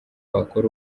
bakora